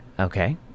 Okay